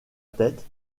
tête